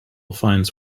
finds